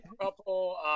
couple –